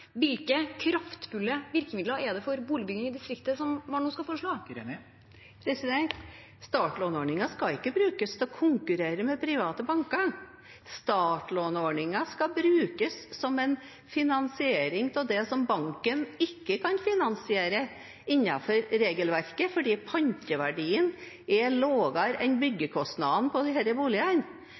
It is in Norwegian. Hvilke kraftfulle virkemidler for boligbygging i distriktet er det man nå skal foreslå? Startlånordningen skal ikke brukes til å konkurrere med private banker. Startlånordningen skal brukes til finansiering av det som banken ikke kan finansiere innenfor regelverket fordi panteverdien er lavere enn byggekostnadene ved disse boligene.